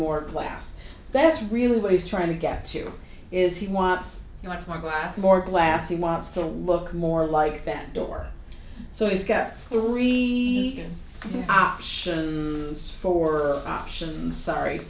more class that's really what he's trying to get to is he wants he wants more glass more glass he wants to look more like that door so he's got the re option for option sorry